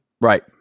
Right